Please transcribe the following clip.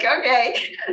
okay